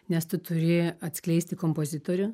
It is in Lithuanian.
nes tu turi atskleisti kompozitorių